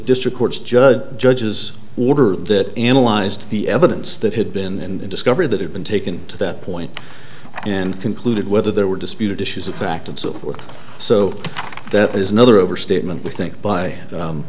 district court judge judge's order that analyzed the evidence that had been discovered that had been taken to that point and concluded whether there were disputed issues of fact and so forth so that is another overstatement we think by